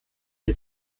der